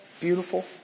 beautiful